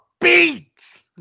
beats